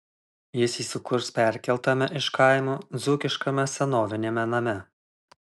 jis įsikurs perkeltame iš kaimo dzūkiškame senoviniame name